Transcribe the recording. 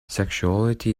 sexuality